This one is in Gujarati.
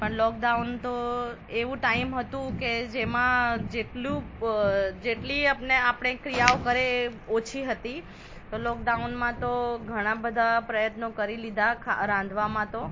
પણ લોકડાઉન તો એવું ટાઈમ હતું કે જેમાં જેટલું બ જેટલી આપને આપણે ક્રિયાઓ કરે ઓછી હતી અને લોકડાઉનમાં તો ઘણા બધા પ્રયત્નો કરી લીધા ખા રાંધવામાં પણ ખાવામાં પણ ઘણા બધા પ્રયત્નો કરી લીધા